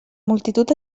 multitud